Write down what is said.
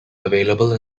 available